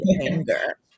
anger